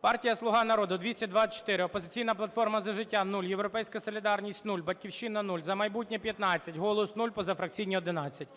Партія "Слуга народу" – 224, "Опозиційна платформа – За життя" – 0, "Європейська солідарність" – 0, "Батьківщина" – 0, "За майбутнє" – 15, "Голос" – 0, позафракційні – 11.